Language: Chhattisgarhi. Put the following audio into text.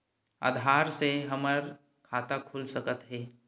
आधार से हमर खाता खुल सकत हे?